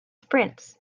sprints